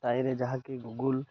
ତାହିଁରେ ଯାହାକି ଗୁଗୁଲ୍